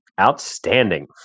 Outstanding